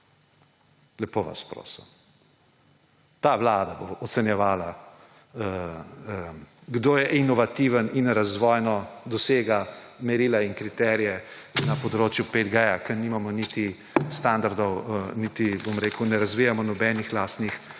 Lepo vas prosim!? Ta vlada bo ocenjevala, kdo je inovativen in razvojno dosega merila in kriterije na področju 5G, ko nimamo niti standardov niti ne razvijamo nobenih lastnih